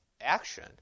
action